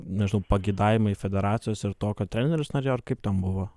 nežinau pageidavimai federacijos ir to ką treneris norėjo ar kaip ten buvo